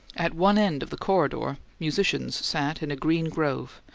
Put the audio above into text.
at one end of the corridor musicians sat in a green grove,